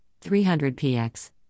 300px